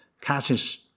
catches